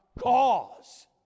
cause